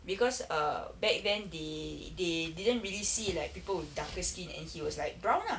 because err back then they they didn't really see like people with darker skin and he was like brown lah